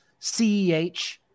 CEH